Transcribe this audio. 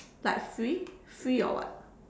like free free or what